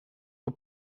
aux